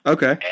Okay